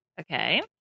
Okay